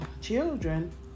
children